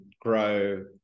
grow